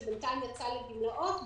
שבינתיים יצא לגמלאות,